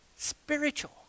Spiritual